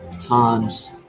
times